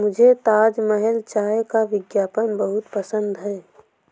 मुझे ताजमहल चाय का विज्ञापन बहुत पसंद है